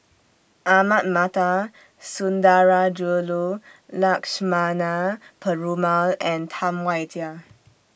Ahmad Mattar Sundarajulu Lakshmana Perumal and Tam Wai Jia